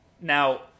Now